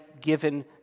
given